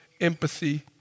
empathy